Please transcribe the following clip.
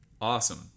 Awesome